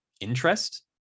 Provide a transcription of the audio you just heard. interest